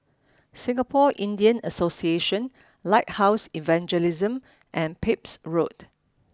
Singapore Indian Association Lighthouse Evangelism and Pepys Road